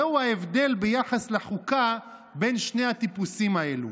זהו ההבדל ביחס לחוקה בין שני הטיפוסים האלה".